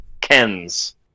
Ken's